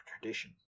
tradition